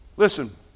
Listen